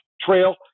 trail